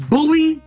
Bully